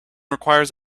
requires